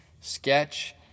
sketch